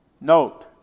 Note